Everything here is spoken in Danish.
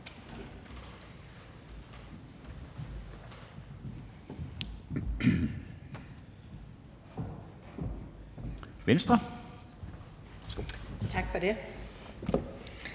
sejre. Tak for ordet.